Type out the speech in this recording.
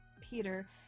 Peter